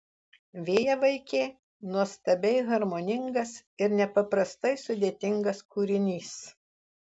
vėjavaikė nuostabiai harmoningas ir nepaprastai sudėtingas kūrinys